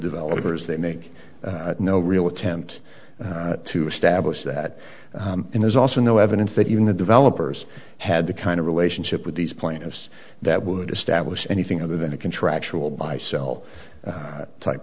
developers they make no real attempt to establish that and there's also no evidence that even the developers had the kind of relationship with these plaintiffs that would establish anything other than a contractual buy cell type